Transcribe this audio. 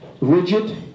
rigid